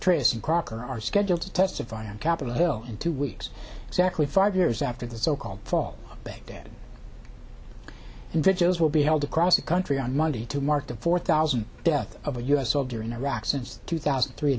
tristen crocker are scheduled to testify on capitol hill in two weeks exactly five years after the so called fall baghdad and vigils will be held across the country on monday to mark the four thousand death of a u s soldier in iraq since the two thousand and three